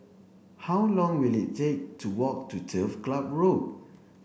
how long will it take to walk to Turf Club Road